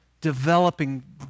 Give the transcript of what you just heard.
developing